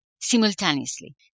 simultaneously